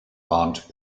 warnt